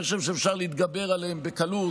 אני חושב שאפשר להתגבר עליהן בקלות.